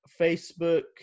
Facebook